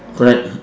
correct